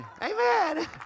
Amen